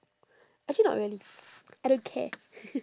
actually not really I don't care